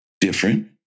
Different